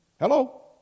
Hello